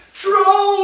troll